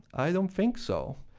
i don't think so.